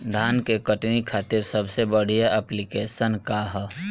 धान के कटनी खातिर सबसे बढ़िया ऐप्लिकेशनका ह?